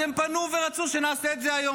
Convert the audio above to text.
אז הם פנו ורצו שנעשה את זה היום.